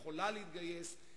ויכולה להתגייס.